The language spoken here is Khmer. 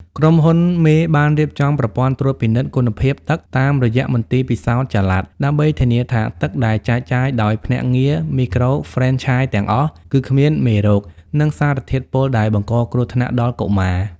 ក្រុមហ៊ុនមេបានរៀបចំប្រព័ន្ធត្រួតពិនិត្យគុណភាពទឹកតាមរយៈមន្ទីរពិសោធន៍ចល័ត ដើម្បីធានាថាទឹកដែលចែកចាយដោយភ្នាក់ងារមីក្រូហ្វ្រេនឆាយទាំងអស់ គឺគ្មានមេរោគ និងសារធាតុពុលដែលបង្កគ្រោះថ្នាក់ដល់កុមារ។